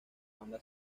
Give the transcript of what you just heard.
banda